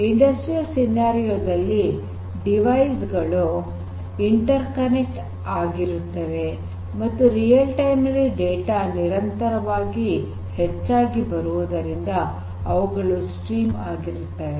ಕೈಗಾರಿಕಾ ಸನ್ನಿವೇಶದಲ್ಲಿ ಡಿವೈಸ್ ಗಳು ಇಂಟೆರ್ ಕನೆಕ್ಟ್ ಆಗಿರುತ್ತವೆ ಮತ್ತು ನೈಜ ಸಮಯದಲ್ಲಿ ಡೇಟಾ ನಿರಂತರವಾಗಿ ಹೆಚ್ಚಾಗಿ ಬರುವುದರಿಂದ ಅವುಗಳು ಸ್ಟ್ರೀಮ್ ಆಗಿರುತ್ತವೆ